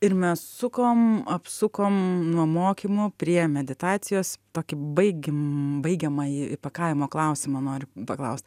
ir mes sukom apsukom nuo mokymų prie meditacijos tokį baigim baigiamąjį įpakavimo klausimą noriu paklaust